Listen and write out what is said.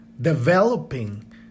developing